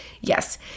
yes